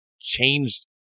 changed